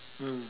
mm